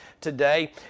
today